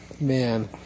Man